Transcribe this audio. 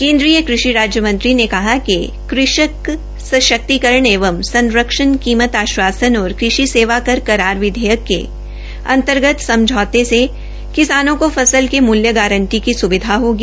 केन्द्रीय कृषि राज्य मंत्री ने कहा कि कृषक सशक्तिकरण एवं संरक्षण कीमत आश्वसन और कृषि सेवा कर करार विधेयक के अंतर्गत समझौते से किसानों को फसल के मूल्य गारंटी की स्विधा होगी